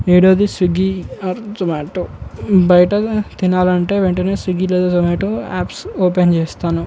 ఏడోవది Swiggy or Zomato బయట తినాలంటే వెంటనే స్విగ్గీ లేదా జొమాటో యాప్స్ ఓపెన్ చేస్తాను